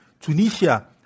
Tunisia